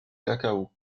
cacao